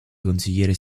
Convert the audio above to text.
consigliere